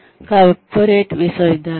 corporate విశ్వవిద్యాలయాలు